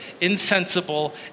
insensible